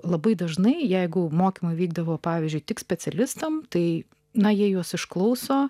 labai dažnai jeigu mokymai vykdavo pavyzdžiui tik specialistams tai na jie juos išklauso